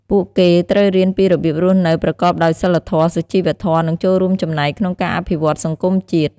ពួកគេត្រូវរៀនពីរបៀបរស់នៅប្រកបដោយសីលធម៌ សុជីវធម៌ និងចូលរួមចំណែកក្នុងការអភិវឌ្ឍន៍សង្គមជាតិ។